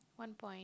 one point